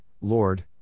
Lord